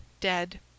dead